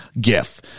gif